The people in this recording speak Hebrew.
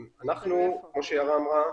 כמו שיערה אמרה,